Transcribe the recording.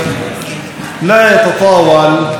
בקוראן נכתב: